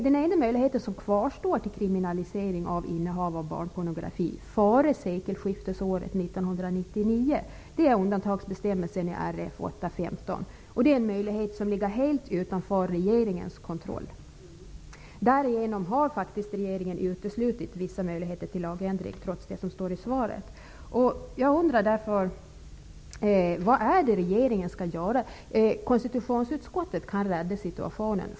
Den enda möjligheten som kvarstår till kriminalisering av innehav av barnpornografi före sekelskiftesåret 1999 utgörs av undantagsbestämmelsen i RF 8:15. Det är en möjlighet som ligger helt utanför regeringens kontroll. Därigenom har regeringen faktiskt uteslutit vissa möjligheter till lagändring, trots vad som står i svaret. Jag undrar därför: Vad är det regeringen skall göra? Konstitutionsutskottet kan rädda situationen.